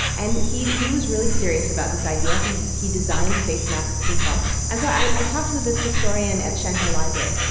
and he he was really serious about this idea. he he designed face masks himself. and so i i talked with this historian at shanghai library.